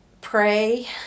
pray